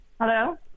Hello